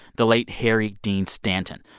the late harry dean stanton.